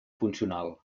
funcional